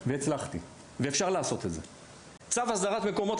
את מדברת על חופים מוכרזים.